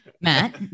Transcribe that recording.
Matt